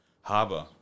harbour